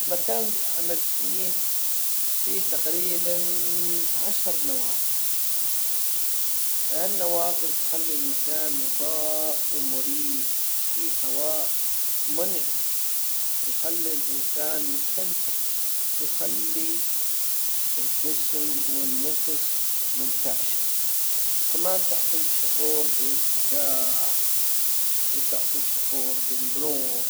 المكان اللي اعمل فيه فيه تقريبًا عشر نوافذ هالنوافذ تخلي المكان مطاء ومريح وفيه هواء منعش يخلي الانسان مستمتع ويخلي الجسم والنفس منتعشة كمان تعطي شعور بانفتاح وتعطي شعور بالنور.